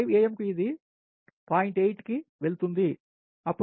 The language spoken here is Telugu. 8 కి వెళుతుంది అప్పుడు 6 amకు 0